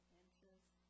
interest